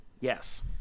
Yes